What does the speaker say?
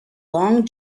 long